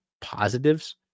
positives